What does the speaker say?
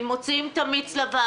אם מוציאים את המיץ לוועדה,